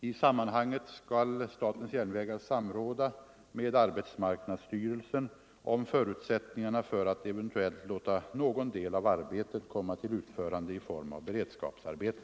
I sammanhanget skall statens järnvägar samråda med arbetsmarknadsstyrelsen om förutsättningarna för att eventuellt låta någon del av arbetet komma till utförande i form av beredskapsarbete.